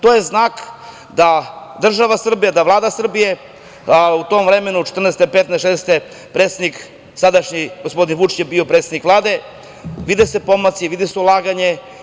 To je znak da država Srbija, da Vlada Srbije, u tom vremenu od 2014, 2015, 2016. godine, sadašnji predsednik gospodin Vučić je bio predsednik Vlade, vide se pomaci, vidi se ulaganje.